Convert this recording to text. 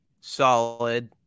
solid